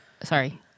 sorry –